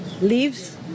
leaves